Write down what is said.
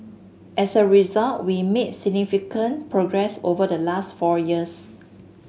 as a result we made significant progress over the last four years